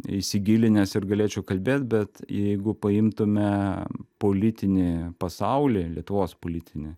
įsigilinęs ir galėčiau kalbėt bet jeigu paimtume politinį pasaulį lietuvos politinį